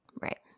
Right